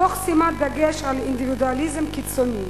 תוך שימת דגש על אינדיבידואליזם קיצוני.